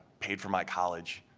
paid for my college,